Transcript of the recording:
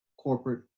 corporate